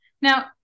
now